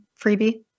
freebie